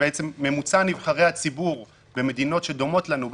ממוצע נבחרי הציבור במדינות שדומות לנו,